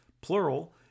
plural